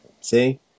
See